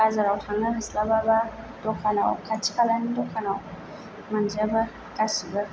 बाजाराव थांनो हास्लाबाबा द'खानाव खाथि खालानि द'खानाव मोनजोबो गासिबो